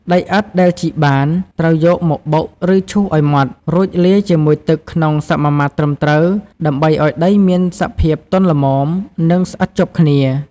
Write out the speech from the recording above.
ដីឥដ្ឋដែលជីកបាន ត្រូវយកមកបុក ឬឈូសឱ្យម៉ដ្ឋ រួចលាយជាមួយទឹកក្នុងសមាមាត្រត្រឹមត្រូវ ដើម្បីឱ្យដីមានសភាពទន់ល្មម និងស្អិតជាប់គ្នា។